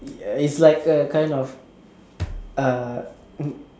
ya uh is like a kind of uh